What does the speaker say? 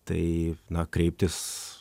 tai na kreiptis